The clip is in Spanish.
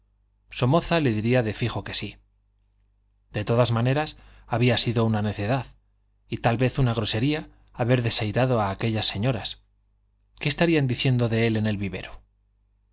le diría de fijo que sí de todas maneras había sido una necedad y tal vez una grosería haber desairado a aquellas señoras qué estarían diciendo de él en el vivero